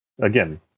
again